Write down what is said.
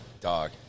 Dog